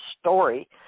story